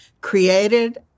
created